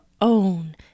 own